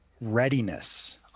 readiness